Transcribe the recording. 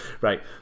Right